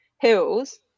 hills